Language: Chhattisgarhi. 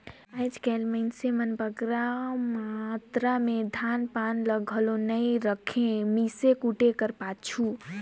आएज काएल मइनसे मन बगरा मातरा में धान पान ल घलो नी राखें मीसे कूटे कर पाछू